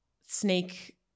snake